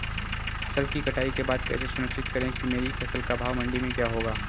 फसल की कटाई के बाद कैसे सुनिश्चित करें कि मेरी फसल का भाव मंडी में क्या होगा?